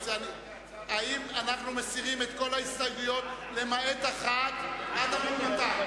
האם אנחנו מסירים את כל ההסתייגויות למעט אחת עד עמוד 200?